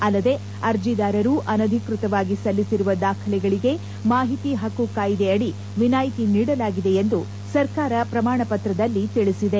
ಅಲ್ಲದೆ ಅರ್ಜಿದಾರರು ಅನಧಿಕೃತವಾಗಿ ಸಲ್ಲಿಸಿರುವ ದಾಖಲೆಗಳಿಗೆ ಮಾಹಿತಿ ಹಕ್ಕು ಕಾಯಿದೆ ಅಡಿ ವಿನಾಯ್ತಿ ನೀಡಲಾಗಿದೆ ಎಂದು ಸರ್ಕಾರ ಪ್ರಮಾಣಪತ್ರದಲ್ಲಿ ತಿಳಿಸಿದೆ